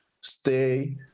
stay